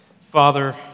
Father